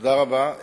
תודה רבה.